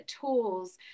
tools